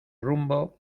rumbo